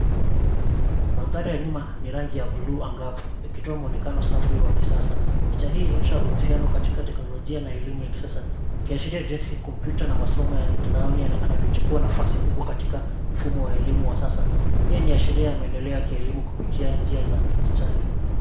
Mandhari ya nyuma ni rangi ya bluu angavu ikitoa mwonekano safi wa kisasa, picha hii inaonyesha uhusiano katika teknolojia na elimu ya kisasa, ikiashiria jinsi kompyuta na masomo ya mtandaoni yanavyochukua nafasi kubwa katika, mfumo wa elimu wa sasa, pia ni ashiria ya meandeleo ya kielimu kupitia njia za kidijitali.